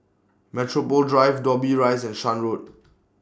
Metropole Drive Dobbie Rise and Shan Road